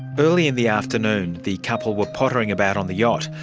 early in the afternoon the couple were pottering about on the yacht.